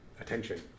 attention